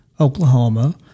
Oklahoma